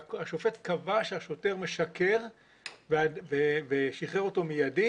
השופט קבע שהשוטר משקר ושיחרר אותו מיידית,